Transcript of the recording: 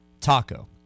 Taco